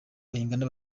bayingana